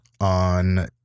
on